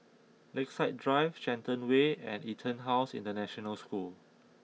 Lakeside Drive Shenton Way and EtonHouse International School